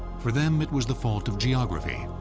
for them, it was the fault of geography.